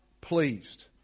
pleased